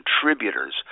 contributors